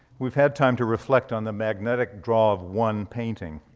we've had time to reflect on the magnetic draw of one painting.